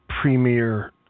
premier